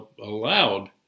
allowed